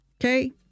Okay